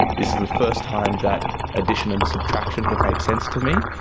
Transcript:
this is the first time that addition and subtraction have made sense to me.